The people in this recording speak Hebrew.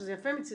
שזה יפה מצידו,